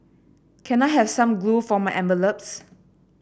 can I have some glue for my envelopes